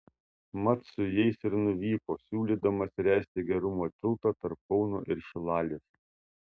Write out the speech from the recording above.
mat su jais ir nuvyko siūlydamas ręsti gerumo tiltą tarp kauno ir šilalės